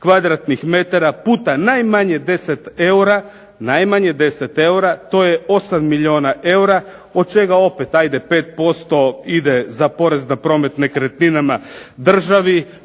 kvadratnih metara puta najmanje 10 eura to je 8 milijuna eura od čega opet hajde 5% ide za porez na promet nekretninama državi.